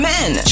Men